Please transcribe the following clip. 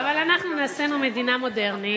אבל אנחנו נעשינו מדינה מודרנית,